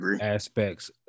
aspects